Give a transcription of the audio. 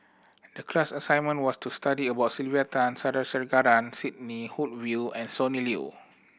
the class assignment was to study about Sylvia Tan Sandrasegaran Sidney Woodhull and Sonny Liew